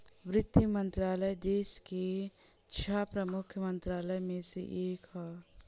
वित्त मंत्रालय देस के छह प्रमुख मंत्रालय में से एक हौ